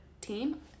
team